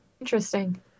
interesting